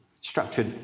structured